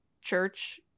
church